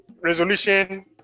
resolution